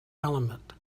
element